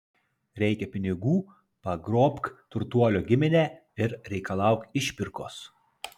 reikia pinigų pagrobk turtuolio giminę ir reikalauk išpirkos